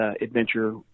Adventure